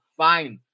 fine